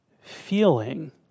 feeling